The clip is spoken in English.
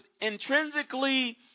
intrinsically